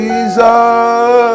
Jesus